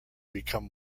become